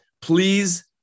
Please